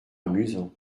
amusant